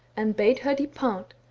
and bade her depart,